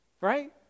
right